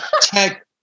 Tech